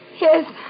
Yes